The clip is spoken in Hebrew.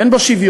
אין בו שוויון,